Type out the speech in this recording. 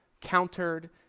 countered